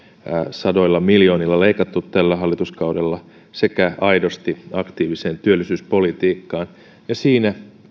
sadoilla miljoonilla leikattu tällä hallituskaudella sekä investoinnit aidosti aktiiviseen työllisyyspolitiikkaan ja siinä